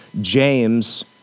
James